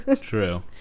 true